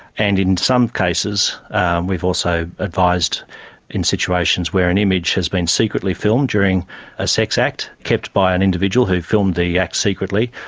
and in some cases we've also advised in situations where an image has been secretly filmed during a sex act, kept by an individual who filmed the act secretly,